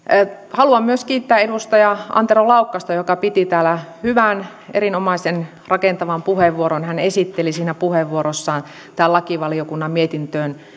haluan myös kiittää edustaja antero laukkasta joka piti täällä hyvän erinomaisen rakentavan puheenvuoron hän esitteli siinä puheenvuorossaan tämän lakivaliokunnan mietintöön